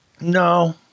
No